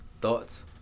Thoughts